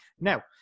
now